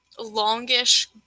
longish